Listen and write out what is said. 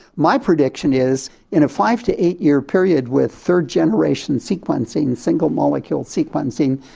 my prediction is in a five to eight year period with third-generation sequencing, single molecule sequencing,